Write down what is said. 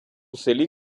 селі